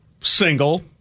single